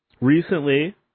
Recently